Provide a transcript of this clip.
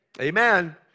Amen